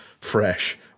fresh